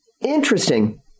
Interesting